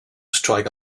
strike